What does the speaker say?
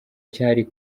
cyari